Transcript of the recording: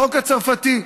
החוק הצרפתי.